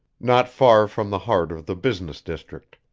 not far from the heart of the business district.